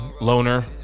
Loner